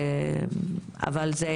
אבל זה